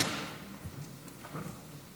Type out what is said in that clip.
ג לא נתקבלה.